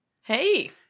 Hey